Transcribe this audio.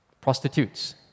prostitutes